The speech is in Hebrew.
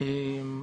נכון.